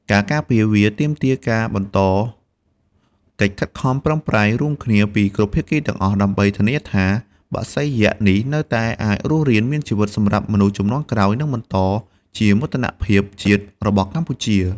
ការការពារវាទាមទារការបន្តកិច្ចខិតខំប្រឹងប្រែងរួមគ្នាពីគ្រប់ភាគីទាំងអស់ ដើម្បីធានាថា បក្សីយក្ស នេះនៅតែអាចរស់រានមានជីវិតសម្រាប់មនុស្សជំនាន់ក្រោយ និងបន្តជាមោទនភាពជាតិរបស់កម្ពុជា។